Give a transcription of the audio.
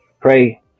pray